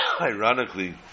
ironically